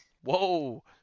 Whoa